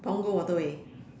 Punggol waterway